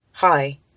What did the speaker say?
Hi